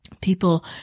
People